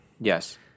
Yes